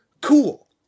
cool